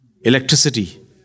Electricity